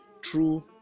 true